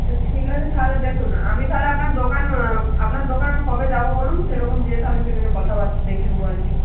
আচ্ছা ঠিক আছে তাহলে দেখুন আমি তাহলে আপনার দোকান আপনার দোকান আমি কবে যাবো বলুন সেরকম গিয়ে তাহলে সেখানে কথাবার্তা দেখে নেব আর কি